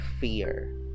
fear